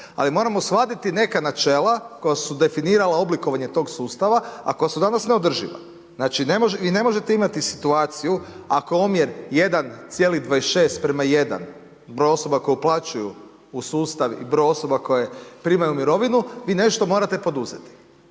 ali moramo shvatiti neka načela koja su definirala oblikovanje tog sustava a koja su danas neodrživa. Znači vi ne možete imati situaciju ako je omjer 1,26:1, broj osoba koje uplaćuju u sustav i broj osoba koje primaju mirovinu, vi nešto morate poduzeti.